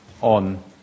on